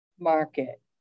market